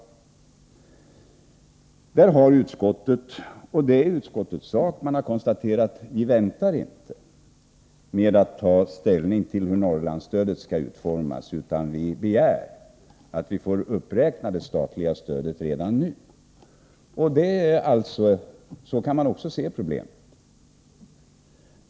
Utskottet har på den här punkten — och det står utskottet fritt — konstaterat att man inte vill vänta med att ta ställning till hur Norrlandsstödet skall utformas, och därför begär man att det statliga stödet skall uppräknas redan nu. Så kan man också se på problemet.